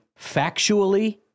factually